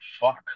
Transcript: fuck